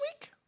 week